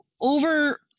over